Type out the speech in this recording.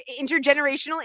intergenerational